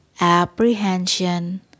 apprehension